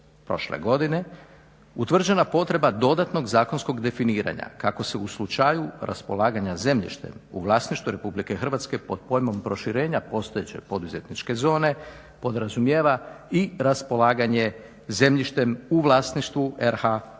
prošle godine utvrđena potreba dodatnog zakonskog definiranja kako se u slučaju raspolaganja zemljištem u vlasništvu Republike Hrvatske pod pojmom proširenja postojeće poduzetničke zone podrazumijeva i raspolaganje zemljištem u vlasništvu Republike